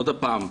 עוד פעם,